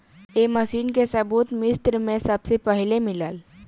ए machine के सबूत मिस्र में सबसे पहिले मिलल